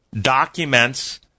documents